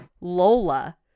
Lola